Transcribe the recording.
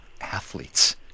athletes